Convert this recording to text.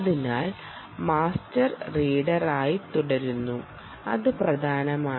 അതിനാൽ മാസ്റ്റർ റീഡറായി തുടരുന്നു അത് പ്രധാനമാണ്